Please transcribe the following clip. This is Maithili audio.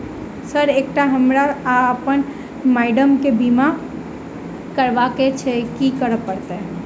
सर एकटा हमरा आ अप्पन माइडम केँ बीमा करबाक केँ छैय की करऽ परतै?